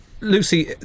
Lucy